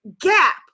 gap